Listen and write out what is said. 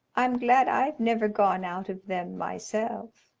i'm glad i've never gone out of them myself.